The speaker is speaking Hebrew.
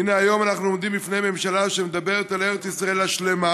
הינה היום אנחנו עומדים בפני ממשלה שמדברת על ארץ ישראל השלמה,